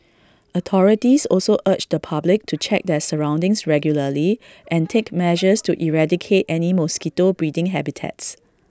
authorities also urge the public to check their surroundings regularly and take measures to eradicate any mosquito breeding habitats